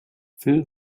fill